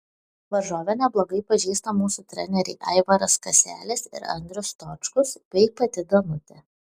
varžovę neblogai pažįsta mūsų treneriai aivaras kaselis ir andrius stočkus bei pati danutė